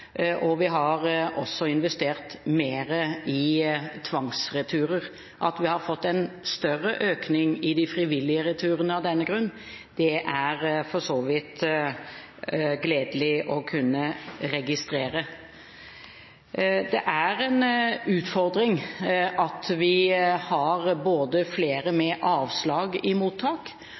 og vi har også investert mer i tvangsreturer. At vi har fått en større økning i de frivillige returene av den grunn, er for så vidt gledelig å kunne registrere. Det er en utfordring at vi både har flere med avslag i mottak